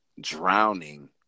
drowning